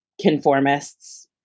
conformists